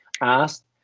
asked